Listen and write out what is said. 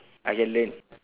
I can learn